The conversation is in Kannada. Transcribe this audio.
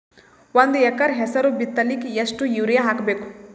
ಒಂದ್ ಎಕರ ಹೆಸರು ಬಿತ್ತಲಿಕ ಎಷ್ಟು ಯೂರಿಯ ಹಾಕಬೇಕು?